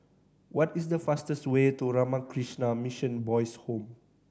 what is the fastest way to Ramakrishna Mission Boys' Home